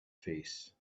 face